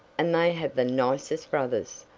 and they have the nicest brothers!